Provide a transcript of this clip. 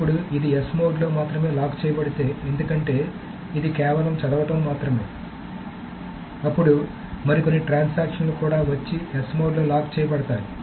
ఇప్పుడు ఇది S మోడ్లో మాత్రమే లాక్ చేయబడితే ఎందుకంటే ఇది కేవలం చదవడం మాత్రమే అప్పుడు మరికొన్ని ట్రాన్సాక్షన్ లు కూడా వచ్చి S మోడ్లో లాక్ చేయబడతాయి